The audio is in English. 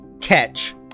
catch